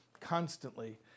constantly